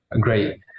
great